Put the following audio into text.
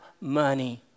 money